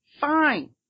Fine